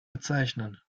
bezeichnen